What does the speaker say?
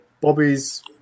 Bobby's